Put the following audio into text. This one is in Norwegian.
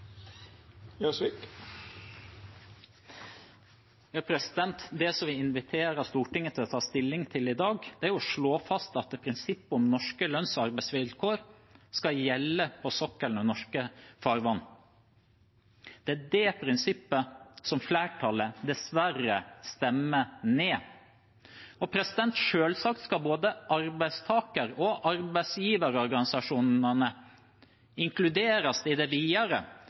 vi inviterer Stortinget til å ta stilling til i dag, er å slå fast at prinsippet om norske lønns- og arbeidsvilkår skal gjelde på sokkelen og i norske farvann. Det er det prinsippet flertallet dessverre stemmer ned. Selvsagt skal både arbeidstaker- og arbeidsgiverorganisasjonene inkluderes videre i hvordan dette skal gjennomføres. Det